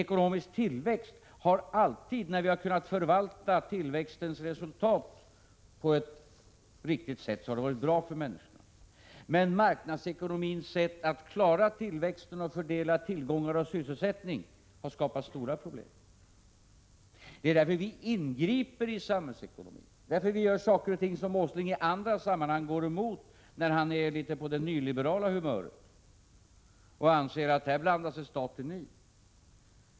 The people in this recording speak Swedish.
Ekonomisk tillväxt har alltid, när vi har kunnat förvalta tillväxtens resultat på ett riktigt sätt, varit bra för människorna. Men marknadsekonomins sätt att klara tillväxten och fördela tillgångar och sysselsättning har skapat stora problem. Det är därför vi ingriper i samhällsekonomin och gör sådant som Nils Åsling i andra sammanhang går emot, när han är på det nyliberala humöret och anser att staten blandar sig i.